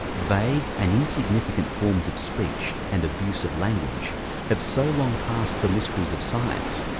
vague and insignificant forms of speech and abusive language have so long passed for mysteries of science,